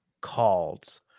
called